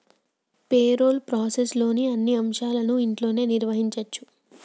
payroll ప్రాసెస్లోని అన్ని అంశాలను ఇంట్లోనే నిర్వహించచ్చు